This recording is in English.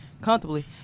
Comfortably